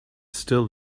still